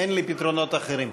אין לי פתרונות אחרים.